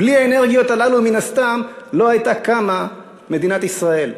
בלי האנרגיות הללו מן הסתם לא הייתה קמה מדינת ישראל.